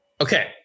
Okay